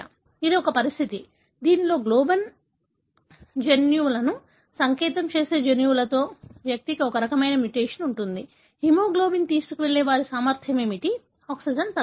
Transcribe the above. ఇది ఒక పరిస్థితి దీనిలో గ్లోబిన్ జన్యువులను సంకేతం చేసే జన్యువులో వ్యక్తికి ఈ రకమైన మ్యుటేషన్ ఉంటుంది హిమోగ్లోబిన్ తీసుకువెళ్ళే వారి సామర్థ్యం ఏమిటి ఆక్సిజన్ తగ్గుతుంది